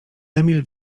emil